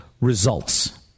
results